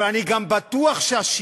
אבל אני גם בטוח שהשיטה,